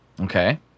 Okay